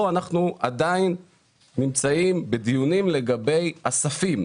פה אנחנו עדיין בדיונים לגבי הספים.